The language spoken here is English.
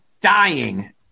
dying